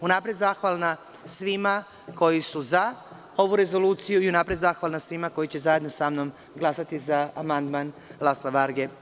Unapred zahvalna svima koji su za ovu rezoluciju, unapred zahvalna svima koji će zajedno sa mnom glasati za amandman Lasla Varge.